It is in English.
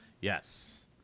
Yes